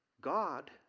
God